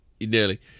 Nearly